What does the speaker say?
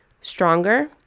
Stronger